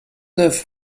neuf